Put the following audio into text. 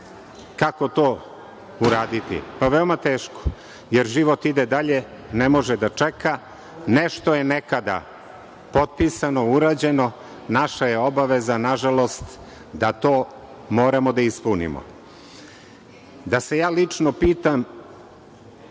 Kako to uraditi? Veoma teško, jer život ide dalje, ne može da čeka, a nešto je nekada potpisano, urađeno, a naša je obaveza nažalost da to moramo da ispunimo. Da se ja lično pitam,